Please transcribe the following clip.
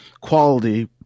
quality